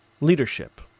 leadership